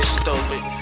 stupid